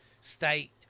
State